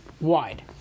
wide